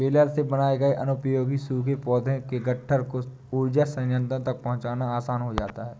baler से बनाए गए अनुपयोगी सूखे पौधों के गट्ठर को ऊर्जा संयन्त्रों तक पहुँचाना आसान हो जाता है